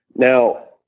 Now